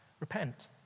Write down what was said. Repent